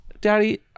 Daddy